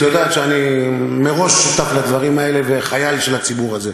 את יודעת שאני מראש אתך בדברים האלה וחייל של הציבור הזה.